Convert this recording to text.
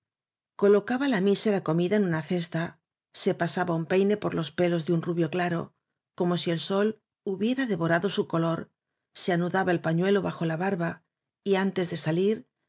ba la mísera comida en una cesta se pasaba un peine por los pelos de un rubio claro como si el sol hubiera devorado su color se anudaba el pañuelo bajo la barba y antes de salir